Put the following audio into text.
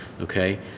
Okay